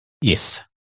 Yes